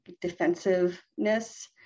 defensiveness